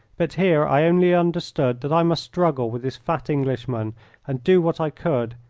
but here i only understood that i must struggle with this fat englishman and do what i could,